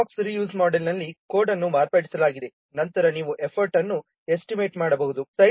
white box reuse ಮೋಡೆಲ್ನಲ್ಲಿ code ಅನ್ನು ಮಾರ್ಪಡಿಸಲಾಗಿದೆ ನಂತರ ನೀವು ಎಫರ್ಟ್ ಅನ್ನು ಎಸ್ಟಿಮೇಟ್ ಮಾಡಬಹುದು